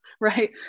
right